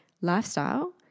lifestyle